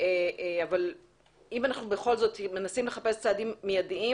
אבל אם אנחנו בכל זאת מנסים לחפש צעדים מידיים